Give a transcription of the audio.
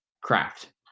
craft